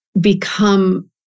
become